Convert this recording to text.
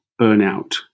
burnout